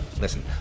listen